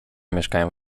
mieszkają